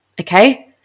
Okay